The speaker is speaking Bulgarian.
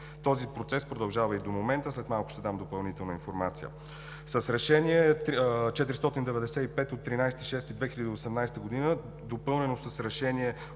Този процес продължава и до момента – след малко ще дам допълнителна информация. С Решение № 495 от 13 юни 2018 г., допълнено с Решение